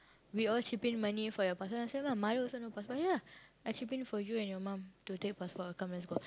we all chip in money for your passport then I say my mother also no passport ya lah I chip in for you and your mum to take passport come let's go